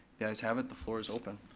the ayes have it, the floor is open.